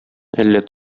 әллә